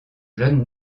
jeune